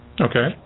Okay